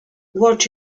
what